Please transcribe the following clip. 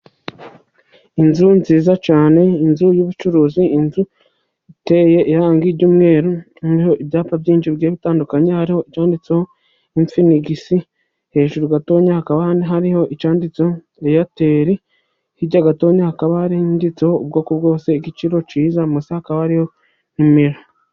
Inzu nziza cyane. inzu y'ubucuruzi inzu iteye irangi ry'umweru ririhari ho ibyapa byinshi bigiye bitandukanye hariho icyanditsweho imfinigisi hejuru gato hakaba hariho icyanditsweho eyateri hirya gato hakaba handitseho ubwoko bwose igiciro cyiza munsi hakaba hariho numero.